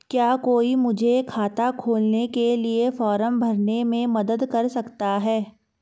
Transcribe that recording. क्या कोई मुझे खाता खोलने के लिए फॉर्म भरने में मदद कर सकता है?